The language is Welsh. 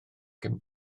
cyn